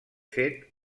fet